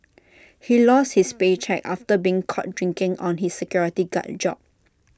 he lost his paycheck after being caught drinking on his security guard job